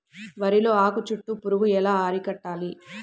వరిలో ఆకు చుట్టూ పురుగు ఎలా అరికట్టాలి?